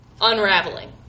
unraveling